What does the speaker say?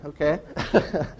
Okay